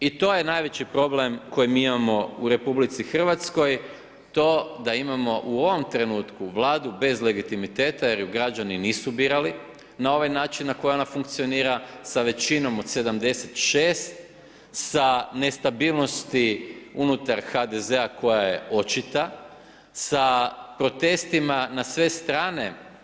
I to je najveći problem koji mi imamo u RH, to da imamo u vom trenutku, Vladu bez legitimiteta, jer ju građani nisu birali na ovaj način na koje ona funkcionira sa većinom od 76 sa nestabilnosti unutar HDZ-a koja je očita, sa protestima na sve strane.